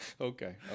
Okay